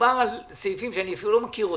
מדובר בסעיפים שאני אפילו לא מכיר אותם.